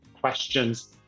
questions